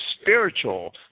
spiritual